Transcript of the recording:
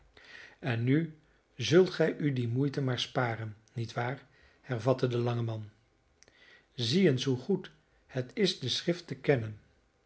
en nu zult gij u die moeite maar sparen niet waar hervatte de lange man zie eens hoe goed het is de schrift te kennen